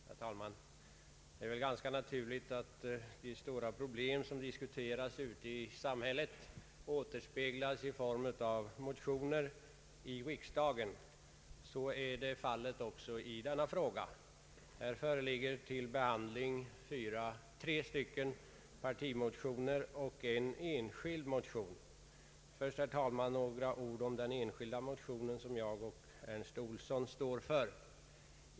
Herr talman! Det är väl ganska naturligt att de stora problem som diskuteras ute i samhället återspeglas i form av motioner i riksdagen. Så är också fallet i denna fråga. Här föreligger till behandling tre partimotioner och en enskild motion. Först, herr talman, några ord om den enskilda motionen som jag och herr Ernst Olsson står för.